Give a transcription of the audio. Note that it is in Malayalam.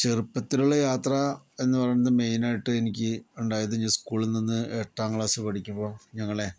ചെറുപ്പത്തിലുള്ള യാത്ര എന്ന് പറയുന്നത് മെയ്നായിട്ട് എനിക്ക് ഉണ്ടായത് സ്കൂളിൽ നിന്ന് എട്ടാം ക്ലാസ്സിൽ പഠിക്കുമ്പോൾ ഞങ്ങളെ